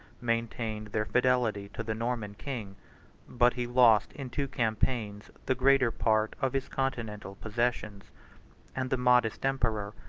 maintained their fidelity to the norman king but he lost in two campaigns the greater part of his continental possessions and the modest emperor,